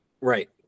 Right